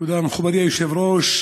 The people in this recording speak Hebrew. תודה, מכובדי היושב-ראש.